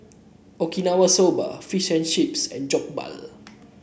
Okinawa Soba Fish and Chips and Jokbal